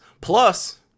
Plus